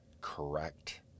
correct